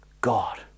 God